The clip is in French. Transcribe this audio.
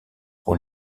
pour